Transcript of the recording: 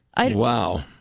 Wow